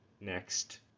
next